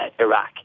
Iraq